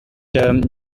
term